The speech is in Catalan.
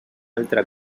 altra